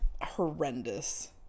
horrendous